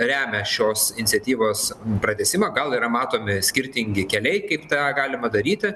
remia šios iniciatyvos pratęsimą gal yra matomi skirtingi keliai kaip tą galima daryti